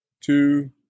two